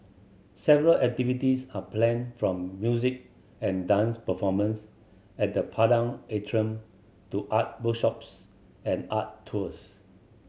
several activities are planned from music and dance performance at the Padang Atrium to art workshops and art tours